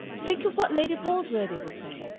think of what lady palsworthy will say!